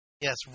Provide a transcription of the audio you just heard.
Yes